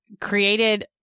created